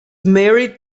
married